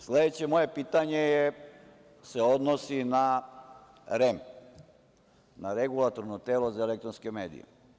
Sledeće moje pitanje se odnosi na REM, na Regulatorno telo za elektronske medije.